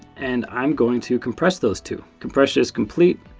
and i'm going to compress those two. compression is complete.